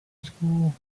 school